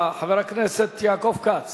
חבר הכנסת יעקב כץ,